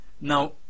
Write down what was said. Now